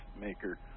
maker